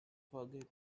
forget